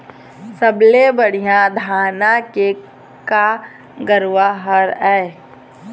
सबले बढ़िया धाना के का गरवा हर ये?